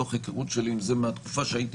מתוך היכרות שלי עם זה מן התקופה שהייתי